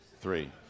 three